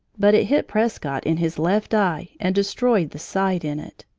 but it hit prescott in his left eye and destroyed the sight in it.